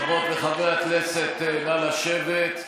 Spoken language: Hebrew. חברות וחברי הכנסת, נא לשבת.